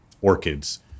Orchids